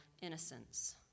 innocence